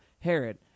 herod